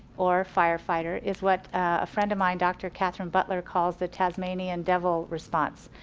or firefighter, is what a friend of mine, dr. katherine butler calls the tasmanian devil response.